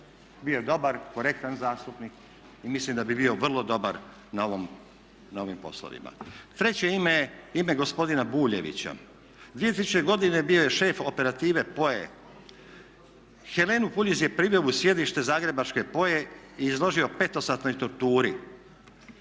Bio je dobar, korektan zastupnik i mislim da bi bio vrlo dobar na ovim poslovima. Treće ime, ime gospodina Buljevića. 2000. godine bio je šef operative POA-e. Helenu Puljiz je priveo u sjedište zagrebačke POA-e i izloži petosatnoj torturi.